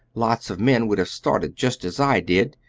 lots of men would have started just as i did,